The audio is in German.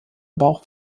bauch